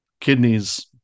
kidneys